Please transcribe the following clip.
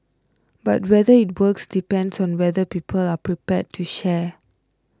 but whether it works depends on whether people are prepared to share